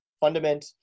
fundament